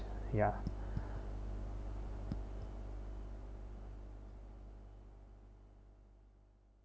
ya